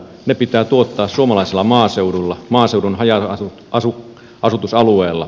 ne pitää tuottaa suomalaisella maaseudulla maaseudun haja asutusalueella